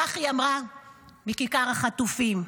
כך היא אמרה מכיכר החטופים: